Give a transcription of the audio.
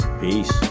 peace